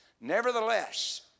Nevertheless